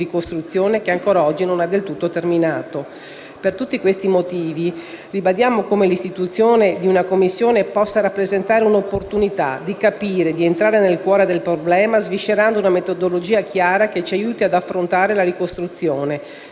ricostruzione che ancora oggi non è del tutto terminato. Per tutti questi motivi ribadiamo come l'istituzione di una Commissione possa rappresentare l'opportunità di capire e di entrare nel cuore del problema, sviscerando una metodologia chiara che ci aiuti ad affrontare la ricostruzione.